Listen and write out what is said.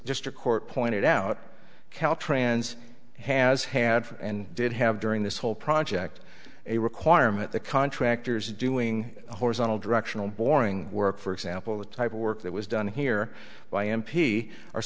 district court pointed out caltrans has had and did have during this whole project a requirement the contractors doing horizontal directional boring work for example the type of work that was done here by m p